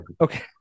Okay